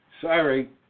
Sorry